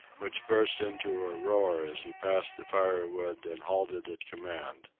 which burst into a roar as he passed the firewood and halted at command.